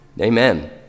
Amen